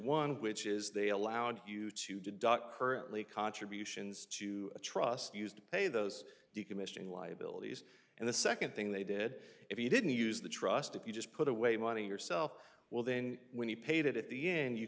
of which is they allowed you to deduct currently contributions to a trust used to pay those decommissioning liabilities and the second thing they did if you didn't use the trust if you just put away money yourself well then when you paid it at the end you